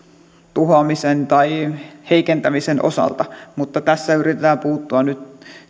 tuhoamisen tai heikentämisen osalta mutta tässä yritetään puuttua nyt